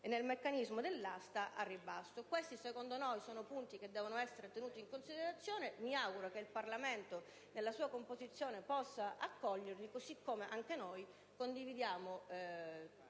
nel meccanismo dell'asta al ribasso. Questi secondo noi sono punti che devono essere tenuti in considerazione e mi auguro che il Parlamento nella sua composizione possa accoglierli, così come anche noi condividiamo